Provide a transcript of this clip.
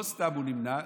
לא סתם הוא נמנע,